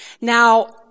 Now